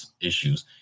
issues